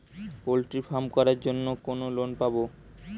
Poultry farm করার জন্য কোন লোন পাব?